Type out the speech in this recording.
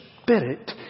Spirit